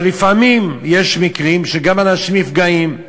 אבל לפעמים יש מקרים שגם אנשים נפגעים.